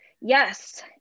Yes